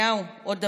ונתניהו, עוד דבר: